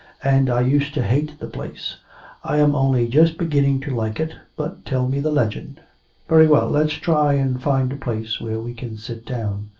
and i used to hate the place i am only just beginning to like it. but tell me the legend very well let's try and find a place where we can sit down.